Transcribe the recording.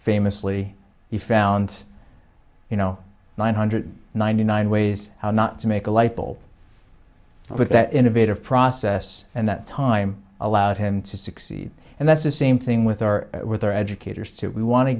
famously he found you know nine hundred ninety nine ways how not to make a lightbulb but that innovative process and that time allowed him to succeed and that's the same thing with our with our educators too we want to